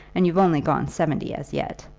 and you've only gone seventy as yet.